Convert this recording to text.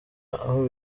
aho